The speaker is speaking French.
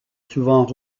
souvent